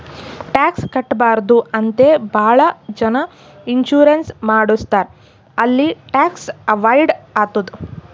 tax ಕಟ್ಬಾರ್ದು ಅಂತೆ ಭಾಳ ಜನ ಇನ್ಸೂರೆನ್ಸ್ ಮಾಡುಸ್ತಾರ್ ಅಲ್ಲಿ ಟ್ಯಾಕ್ಸ್ ಅವೈಡ್ ಆತ್ತುದ್